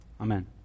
Amen